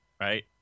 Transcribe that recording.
right